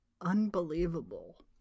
unbelievable